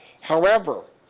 however,